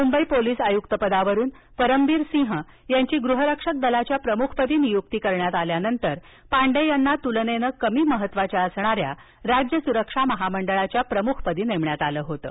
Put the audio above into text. Mumbai police आयुक्तपदावरून परमबीर सिंह यांची गृहरक्षक दलाच्या प्रमुखपदी नियुक्ती करण्यात आल्यानंतर पांडे यांना तुलनेने कमी महत्त्वाच्या असणाऱ्या राज्य सुरक्षा महामंडळाच्या प्रमुखपदी नेमण्यात आले होतं